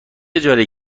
اجاره